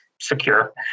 secure